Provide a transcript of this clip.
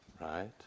Right